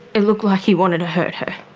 it looked like he wanted to hurt her.